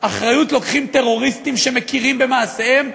אחריות לוקחים טרוריסטים שמכירים במעשיהם,